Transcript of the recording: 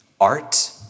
art